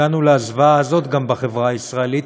הגענו לזוועה הזאת גם בחברה הישראלית,